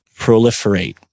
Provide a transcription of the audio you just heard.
proliferate